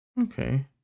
Okay